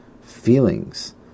feelings